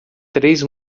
três